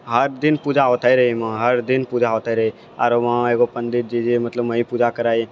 हर दिन पूजा होतै रहै अयमे हर दिन पूजा होतै रहै आओर वहाँ एगो पण्डित जी मतलब वही पूजा कराय